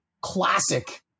classic